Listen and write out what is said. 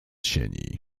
sieni